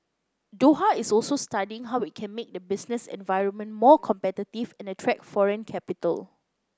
Doha is also studying how it can make the business environment more competitive and attract foreign capital